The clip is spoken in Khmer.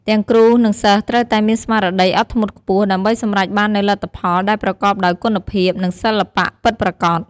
ទាំងគ្រូ និងសិស្សត្រូវតែមានស្មារតីអត់ធ្មត់ខ្ពស់ ដើម្បីសម្រេចបាននូវលទ្ធផលដែលប្រកបដោយគុណភាព និងសិល្បៈពិតប្រាកដ។